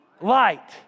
light